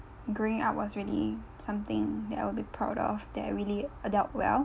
growing up was really something that I will be proud of that I really adult well